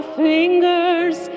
fingers